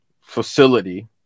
facility